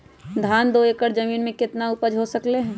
धान दो एकर जमीन में कितना उपज हो सकलेय ह?